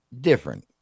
different